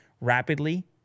rapidly